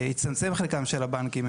הצטמצם חלקם של הבנקים.